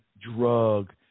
drug